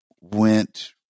went